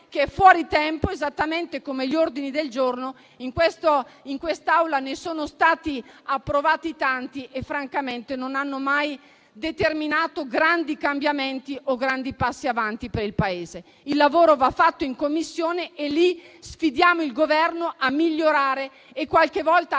che è fuori tempo, esattamente come gli ordini del giorno: in quest'Aula ne sono stati approvati tanti e francamente non hanno mai determinato grandi cambiamenti o grandi passi avanti per il Paese. Il lavoro va fatto in Commissione e lì sfidiamo il Governo a migliorare e, qualche volta, a